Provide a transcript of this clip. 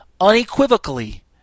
unequivocally